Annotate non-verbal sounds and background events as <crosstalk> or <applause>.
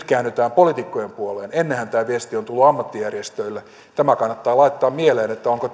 <unintelligible> käännytään politiikkojen puoleen ennenhän tämä viesti on tullut ammattijärjestöille tämä kannattaa laittaa mieleen että onko <unintelligible>